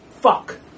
Fuck